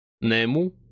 Nemu